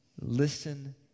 Listen